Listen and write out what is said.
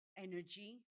Energy